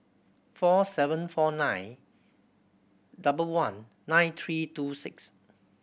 four seven four nine double one nine three two six